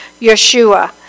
Yeshua